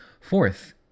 Fourth